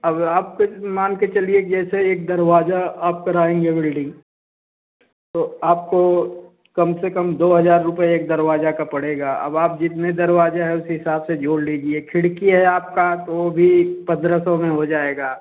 अब आप ख़ुद मान के चलिए कि जैसे एक दरवाज़ा आप कराएँगे वेल्डिंग तो आपको कम से कम दो हजार रुपये एक दरवाज़ा का पड़ेगा अब आप जितने दरवाज़े हैं उस हिसाब से जोड़ लीजिए खिड़की है आपका तो वह भी पंद्रह सौ में हो जाएगा